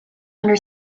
under